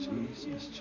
Jesus